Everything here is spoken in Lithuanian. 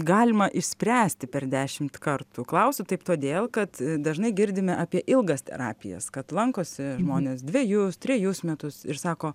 galima išspręsti per dešimt kartų klausiu taip todėl kad dažnai girdime apie ilgas terapijas kad lankosi žmonės dvejus trejus metus ir sako